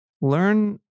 Learn